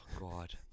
god